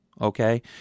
okay